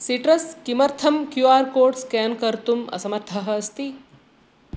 citrus किमर्थं Q R code scan कर्तुम् असमर्थः अस्ति